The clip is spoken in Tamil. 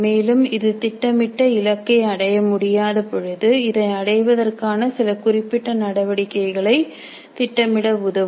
மேலும் இது திட்டமிட்ட இலக்கை அடைய முடியாத பொழுது இதை அடைவதற்கான சில குறிப்பிட்ட நடவடிக்கைகளை திட்டமிட உதவும்